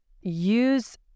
use